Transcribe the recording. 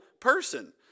person